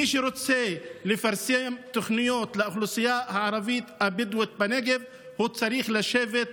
מי שרוצה לפרסם תוכניות לאוכלוסייה הערבית הבדואית בנגב צריך לשבת איתם,